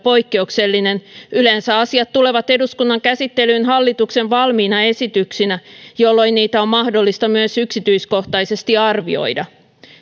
poikkeuksellinen yleensä asiat tulevat eduskunnan käsittelyyn hallituksen valmiina esityksinä jolloin niitä on mahdollista myös yksityiskohtaisesti arvioida